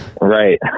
Right